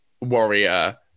warrior